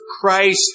Christ